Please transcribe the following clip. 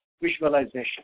visualization